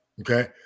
Okay